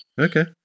Okay